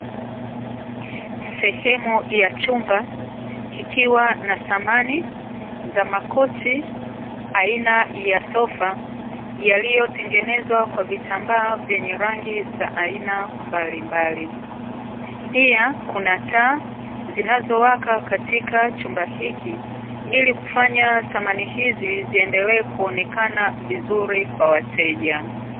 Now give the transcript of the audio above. Sehemu ya chumba kikiwa na samani za makochi aina ya sofa yaliyotengenezwa kwa vitambaa vyenye rangi za aina mbalimbali, pia kuna taa zinazowaka katika chumba hiki ili kufanya samani hizi ziendelee kuonekana vizuri kwa wateja.